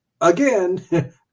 again